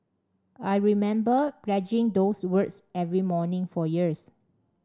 I remember pledging those words every morning for years